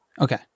Okay